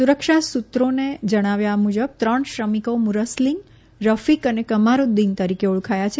સુરક્ષા સૂત્રોના જણાવ્યા મુજબ ત્રણ શ્રમિકો મુરસ્લીન રફીક અને કમારુદ્દીન તરીકે ઓળખાયા છે